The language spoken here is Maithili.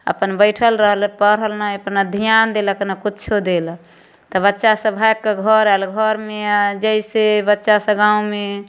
अपन बैठल रहल पढ़ल नहि अपना धिआन देलक नहि किछु देलक तऽ बच्चासभ भागिकऽ घर आएल घरमे जइसे बच्चासभ गाममे